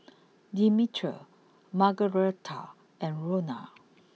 Demetria Margaretta and Rona